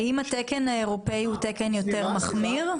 האם התקן האירופאי הוא תקן יותר מחמיר?